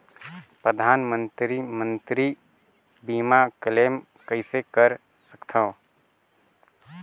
परधानमंतरी मंतरी बीमा क्लेम कइसे कर सकथव?